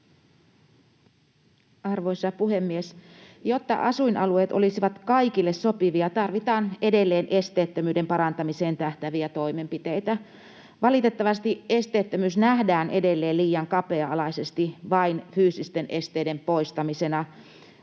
Arvoisa puhemies! Jotta asuinalueet olisivat kaikille sopivia, tarvitaan edelleen esteettömyyden parantamiseen tähtääviä toimenpiteitä. Valitettavasti esteettömyys nähdään edelleen liian kapea-alaisesti, vain fyysisten esteiden poistamisena.